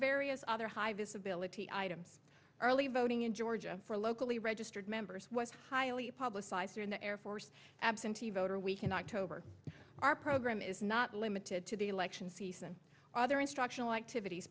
various other high visibility items early voting in georgia for locally registered members was highly publicized in the air force absentee voter we cannot tobar our program is not limited to the election season other instructional activities